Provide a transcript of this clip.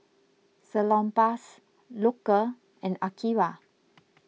Salonpas Loacker and Akira